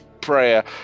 prayer